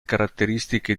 caratteristiche